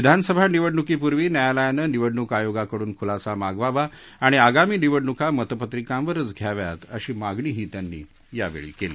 विधानसभा निवडणुकीपुर्वी न्यायालयानं निवडणूक आयोगाकडून खुलासा मागवावा आणि आगामी निवडणुका मतपत्रिकांवरच घ्याव्यात अशी मागणीही त्यांनी यावेळी केली